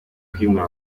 kwimura